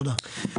תודה רבה.